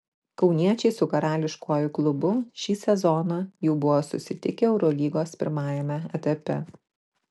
kauniečiai su karališkuoju klubu šį sezoną jau buvo susitikę eurolygos pirmajame etape